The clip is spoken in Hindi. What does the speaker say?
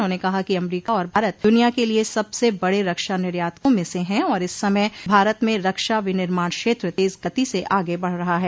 उन्होंने कहा कि अमरीका और भारत दनिया के लिए सबसे बड़े रक्षा निर्यातकों में से है और इस समय भारत में रक्षा विनिर्माण क्षेत्र तेज गति से आगे बढ़ रहा है